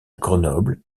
grenoble